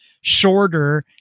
shorter